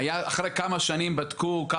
היה תקופה אחרי כמה שנים שבדקו.